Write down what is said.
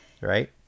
right